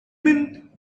mean